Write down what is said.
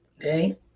okay